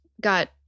got